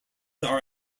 are